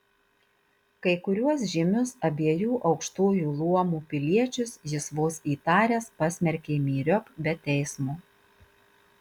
kai kuriuos žymius abiejų aukštųjų luomų piliečius jis vos įtaręs pasmerkė myriop be teismo